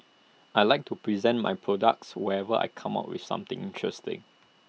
I Like to present my products whenever I come up with something interesting